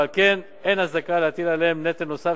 ועל כן אין הצדקה להטיל עליהם נטל נוסף